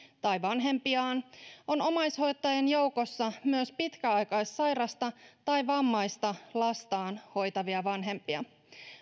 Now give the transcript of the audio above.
tai vanhempiaan on omaishoitajien joukossa myös pitkäaikaissairasta tai vammaista lastaan hoitavia vanhempia